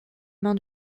main